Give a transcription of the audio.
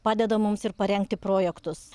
padeda mums ir parengti projektus